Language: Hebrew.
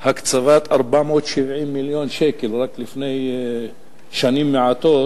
הקצבת 470 מיליון שקלים רק לפני שנים מעטות,